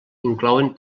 inclouen